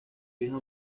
hija